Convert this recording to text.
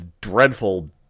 dreadful